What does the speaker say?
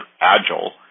agile